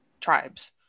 tribes